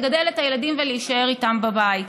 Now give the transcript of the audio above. לגדל את הילדים ולהישאר איתם בבית.